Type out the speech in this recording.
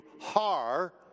Har